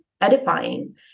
edifying